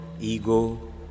ego